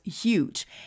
huge